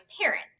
parents